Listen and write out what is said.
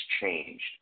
changed